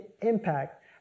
impact